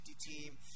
team